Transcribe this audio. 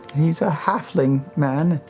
he's a halfling man.